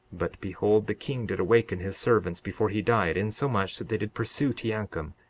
but behold, the king did awaken his servants before he died, insomuch that they did pursue teancum,